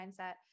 mindset